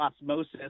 osmosis